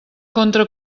contra